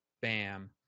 Bam